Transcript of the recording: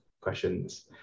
questions